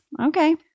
Okay